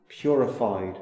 purified